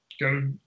go